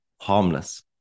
harmless